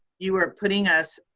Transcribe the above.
you are putting us,